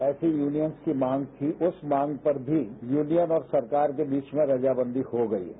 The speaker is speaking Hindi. ऐसी युनियन्स की मांग थी उस मांग पर भी यूनियन और सरकार के बीच में रजामंदी हो गई है